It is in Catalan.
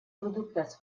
productes